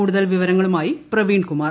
കൂടുതൽ വിവരങ്ങളുമായി പ്രവീണ് ്കുമാർ